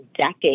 decade